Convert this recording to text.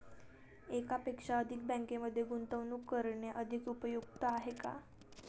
एकापेक्षा अधिक बँकांमध्ये गुंतवणूक करणे अधिक उपयुक्त आहे का?